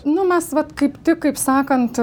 nu mes va kaip tik kaip sakant